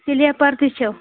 slipper تہِ چھِو